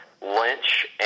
Lynch